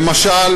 למשל